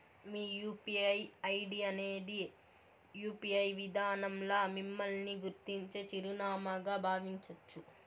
మీ UPI ID అనేది UPI విదానంల మిమ్మల్ని గుర్తించే చిరునామాగా బావించచ్చు